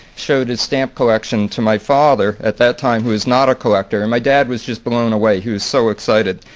showed his stamp collection to my father, at that time who is not a collector. and my dad was just blown away he was so excited.